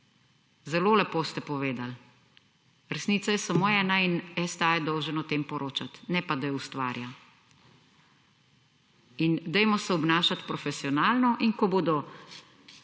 Zelo lepo ste povedali. Resnica je samo ena in STA je dolžan o tem poročati, ne pa da jo ustvarja. In dajmo se obnašati profesionalno in ko bodo